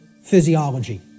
physiology